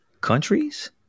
countries